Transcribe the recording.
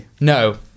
No